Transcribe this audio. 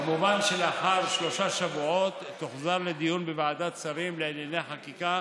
כמובן שלאחר שלושה שבועות היא תוחזר לדיון בוועדת שרים לענייני חקיקה.